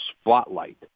spotlight